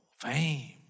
fame